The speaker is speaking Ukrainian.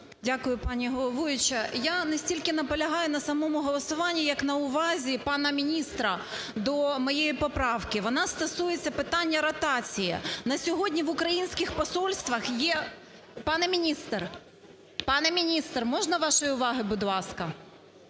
Дякую, пані головуюча. Я не стільки наполягаю на самому голосуванні, як на увазі пана міністра до моєї поправки. Вона стосується питання ротації. На сьогодні в українських посольствах є… Пане міністр! Пане міністр, можна вашої уваги, будь ласка!